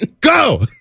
Go